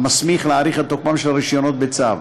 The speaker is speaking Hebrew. המסמיך להאריך את תוקפם של הרישיונות בצו.